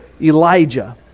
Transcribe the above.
Elijah